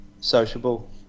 sociable